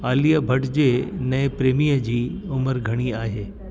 आलिया भट्ट जे नए प्रेमीअ जी उमिरि घणी आहे